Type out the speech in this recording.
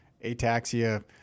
ataxia